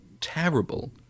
terrible